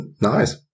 Nice